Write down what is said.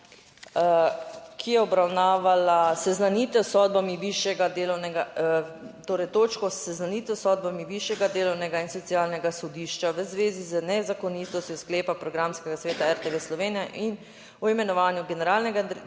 torej točko seznanitev s sodbami Višjega delovnega in socialnega sodišča v zvezi z nezakonitostjo sklepa Programskega sveta RTV Slovenija in o imenovanju generalnega direktorja